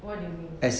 what do you mean